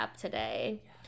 today